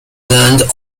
learned